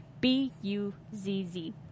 b-u-z-z